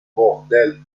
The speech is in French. bordel